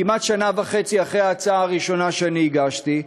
כמעט שנה וחצי אחרי ההצעה הראשונה שאני הגשתי,